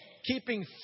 Keeping